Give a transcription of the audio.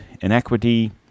inequity